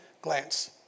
glance